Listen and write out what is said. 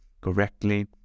correctly